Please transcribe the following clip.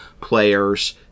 players